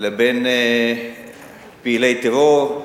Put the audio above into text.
לבין פעילי טרור,